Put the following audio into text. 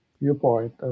viewpoint